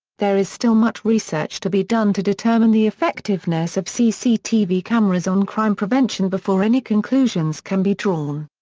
there is still much research to be done to determine the effectiveness of cctv cameras on crime prevention before any conclusions can be drawn.